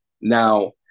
Now